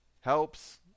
helps